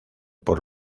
por